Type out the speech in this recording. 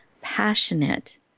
passionate